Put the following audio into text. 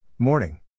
Morning